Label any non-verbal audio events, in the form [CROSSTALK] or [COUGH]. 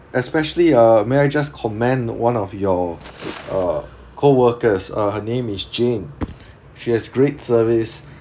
especially uh may I just commend one of your [NOISE] uh co-workers uh her name is jane she has great service